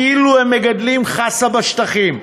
כאילו הם מגדלים חסה בשטחים.